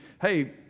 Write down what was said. hey